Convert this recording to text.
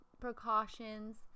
precautions